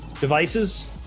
devices